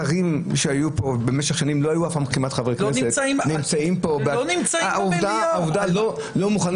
ראש הממשלה לשעבר 12 שנה מגיע